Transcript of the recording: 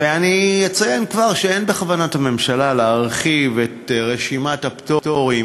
ואציין כבר שאין בכוונת הממשלה להרחיב את רשימת הפטורים